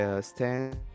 Stand